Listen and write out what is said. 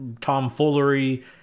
tomfoolery